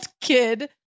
kid